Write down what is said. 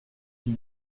ils